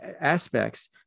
aspects